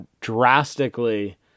drastically